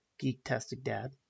geek-tastic-dad